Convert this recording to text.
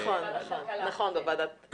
נכון, בוועדת הכלכלה.